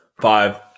five